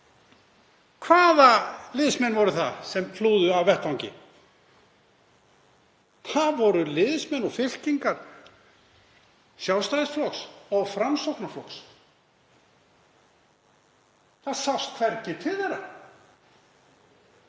Hvaða liðsmenn voru það sem flúðu af vettvangi? Það voru liðsmenn og fylkingar Sjálfstæðisflokks og Framsóknarflokks. Það sást hvergi til þeirra.